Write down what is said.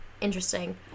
interesting